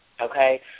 okay